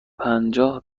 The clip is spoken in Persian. پنجاه